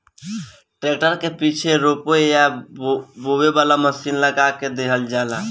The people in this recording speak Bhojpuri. ट्रैक्टर के पीछे रोपे या बोवे वाला मशीन लगा देवल जाला